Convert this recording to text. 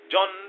John